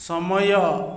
ସମୟ